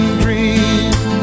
dream